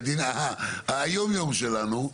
היומיום שלנו,